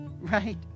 Right